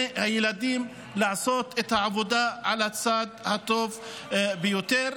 הילדים לעשות את העבודה על הצד הטוב ביותר.